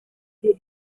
die